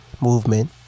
movement